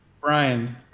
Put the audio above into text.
Brian